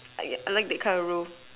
I I like that kind of role